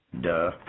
Duh